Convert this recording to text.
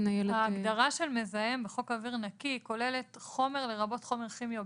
ההגדרה של מזהם בחוק אוויר נקי כוללת חומר לרבות חומר כימי או